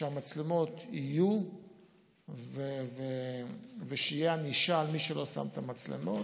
שהמצלמות יהיו ושתהיה ענישה על מי שלא שם את המצלמות.